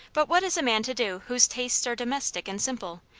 but what is a man to do whose tastes are domestic and simple,